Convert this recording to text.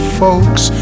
folks